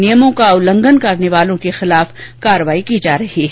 नियमों को उल्लंघन करने वालों के खिलाफ कार्यवाही की जा रही है